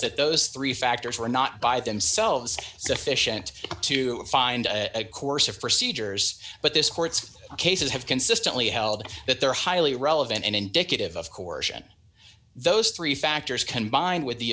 that those three factors were not by themselves sufficient to find a course of procedures but this court's cases have consistently held that they're highly relevant and indicative of coercion those three factors combined with the